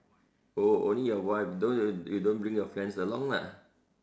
oh only your wife don't you don't bring your friends along lah